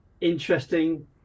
interesting